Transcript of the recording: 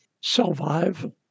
Survive